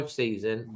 season